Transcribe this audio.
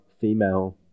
female